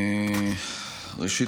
ראשית,